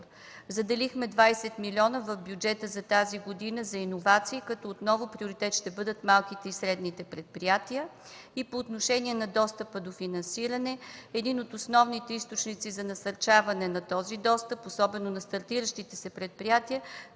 Заделихме 20 милиона в бюджета за тази година за иновации, като отново приоритет ще бъдат малките и средните предприятия. По отношение на достъпа до финансиране – един от основните източници за насърчаване на този достъп, особено на стартиращите се предприятия,